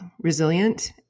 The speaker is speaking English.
resilient